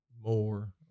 more